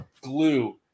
glue